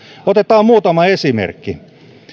otetaan muutama esimerkki